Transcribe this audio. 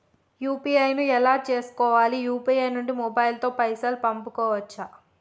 UPI ను ఎలా చేస్కోవాలి యూ.పీ.ఐ నుండి మొబైల్ తో పైసల్ పంపుకోవచ్చా?